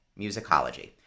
musicology